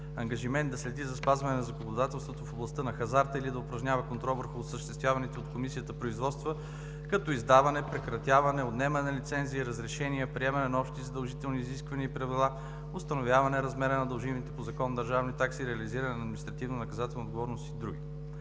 ангажимент да следи за спазването на законодателството в областта на хазарта или да упражнява контрол върху осъществяваните от Комисията производства, като издаване, прекратяване, отнемане на лицензи и разрешения, приемане на общи задължителни изисквания и правила, установяване размера на дължимите по Закона държавни такси, реализиране на административнонаказателна отговорност и други.